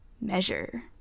Measure